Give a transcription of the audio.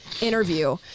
interview